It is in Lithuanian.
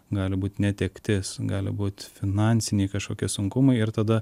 gali būt netektis gali būt finansiniai kažkokie sunkumai ir tada